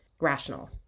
rational